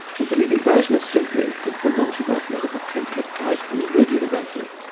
and the leading version of string theory predicts a multiverse made up of ten to the five hundred universes.